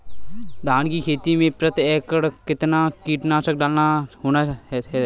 धान की खेती में प्रति एकड़ कितना कीटनाशक डालना होता है?